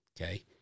okay